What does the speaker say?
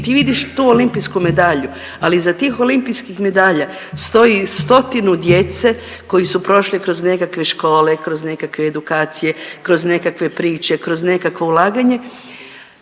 ti vidiš tu olimpijsku medalju, ali iza tih olimpijskih medalja stoji stotinu djece koji su prošli kroz nekakve škole, kroz nekakve edukacije, kroz nekakve priče, kroz nekakvo ulaganje